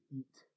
eat